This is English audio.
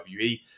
WWE